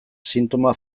sintoma